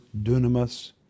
dunamis